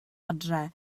adre